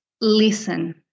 listen